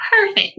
perfect